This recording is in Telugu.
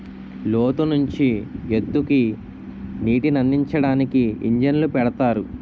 లోతు నుంచి ఎత్తుకి నీటినందించడానికి ఇంజన్లు పెడతారు